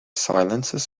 silences